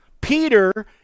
Peter